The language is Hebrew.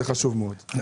זה חשוב מאוד.